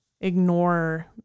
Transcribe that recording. ignore